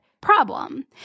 problem